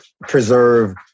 preserve